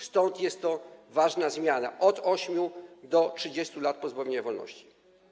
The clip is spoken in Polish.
Stąd jest to ważna zmiana: od 8 do 30 lat pozbawienia wolności.